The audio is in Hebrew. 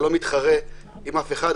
אני לא מתחרה עם אף אחד,